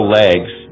legs